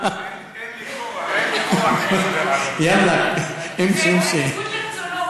אין לי כוח, אין לי כוח בשביל, בניגוד לרצונו